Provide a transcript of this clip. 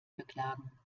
beklagen